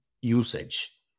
usage